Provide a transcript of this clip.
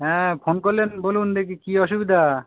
হ্যাঁ ফোন করলেন বলুন দেখি কি অসুবিধা